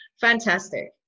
Fantastic